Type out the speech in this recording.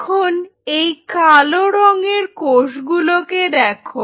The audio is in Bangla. এখন এই কালো রঙের কোষগুলোকে দেখো